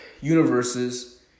universes